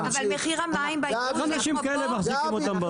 --- אבל מחיר המים באיחוד זה כמו פה?